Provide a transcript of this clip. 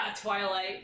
Twilight